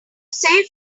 save